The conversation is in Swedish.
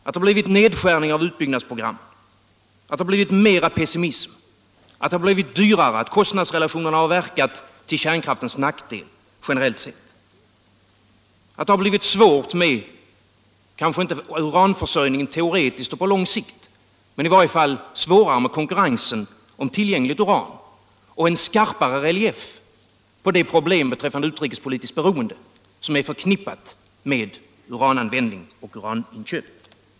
Det har blivit nedskärningar av utbyggnadsprogrammen, det har blivit mera pessimism, det har blivit dyrare, kostnadsrelationerna har verkat till kärnkraftens nackdel, generellt sett. Det har kanske inte blivit svårare rent teoretiskt med uranförsörjningen på lång sikt, men det har i varje fall blivit svårare med konkurrensen om tillgängligt uran, det har blivit en skarpare relief på problemen som rör det utrikespolitiska beroendet och som är förknippade med urananvändning och uraninköp.